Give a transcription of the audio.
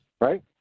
right